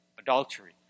adultery